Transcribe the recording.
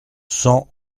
cent